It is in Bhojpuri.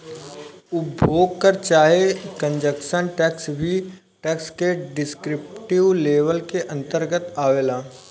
उपभोग कर चाहे कंजप्शन टैक्स भी टैक्स के डिस्क्रिप्टिव लेबल के अंतरगत आवेला